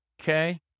Okay